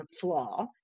flaw